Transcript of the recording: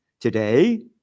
today